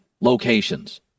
locations